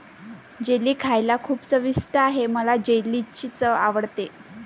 jelly खायला खूप चविष्ट आहे मला जेलीची चव आवडते